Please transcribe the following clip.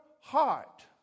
heart